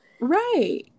Right